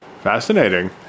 Fascinating